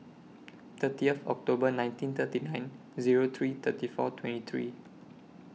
thirtieth October nineteen thirty nine Zero three thirty four twenty three